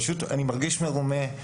אני פשוט מרגיש מרומה,